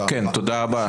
08:33) תודה רבה,